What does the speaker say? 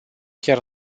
chiar